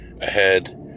ahead